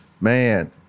man